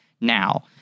now